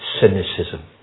cynicism